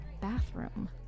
bathroom